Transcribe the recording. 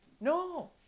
No